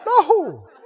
No